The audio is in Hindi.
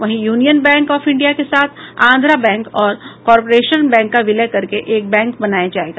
वहीं यूनियन बैंक ऑफ इंडिया के साथ आंध्रा बैंक और कॉरपोरेशन बैंक का विलय करके एक बैंक बनाया जायेगा